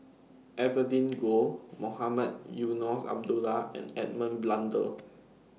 Evelyn Goh Mohamed Eunos Abdullah and Edmund Blundell